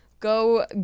Go